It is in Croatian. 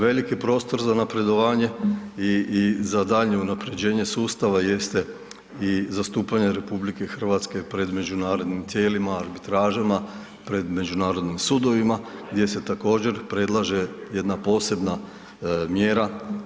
Veliki prostor za napredovanje i za daljnje unapređenje sustava jeste i zastupanje RH pred međunarodnim tijelima, arbitražama, pred međunarodnim sudovima gdje se također predlaže jedna posebna mjera.